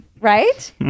right